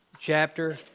chapter